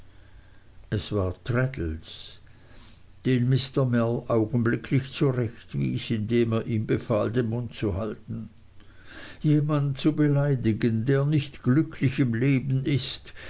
es war traddles den mr mell augenblicklich zurechtwies indem er ihm befahl den mund zu halten jemand zu beleidigen der nicht glücklich im leben ist